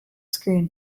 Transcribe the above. screen